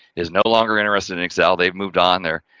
is no longer interested and excel. they've moved on there,